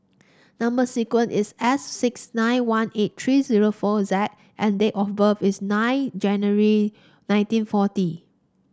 number sequence is S six nine one eight three zero four Z and date of birth is nine January nineteen forty